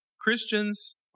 Christians